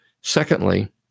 Secondly